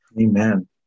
Amen